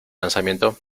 lanzamiento